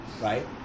right